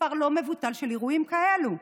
מספר לא מבוטל של אירועים כאלה.